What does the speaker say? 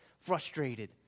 frustrated